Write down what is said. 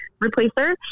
replacer